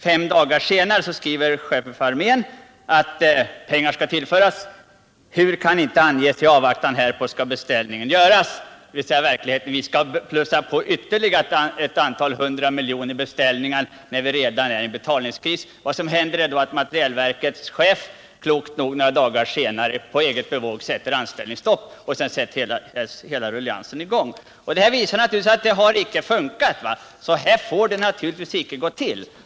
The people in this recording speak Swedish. Fem dagar senare skriver chefen för armén att pengar skall tillföras — ”hur kan inte anges” — men att i avvaktan härpå beställning skall göras. Vi skulle alltså plussa på ytterligare några hundra miljoner i beställningar, när vi redan befinner oss i en betalningskris. Vad som händer är då att materielverkets chef några dagar senare klokt nog på eget bevåg beslutar om beställningsstopp. Så här får det naturligtvis inte gå till.